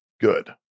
good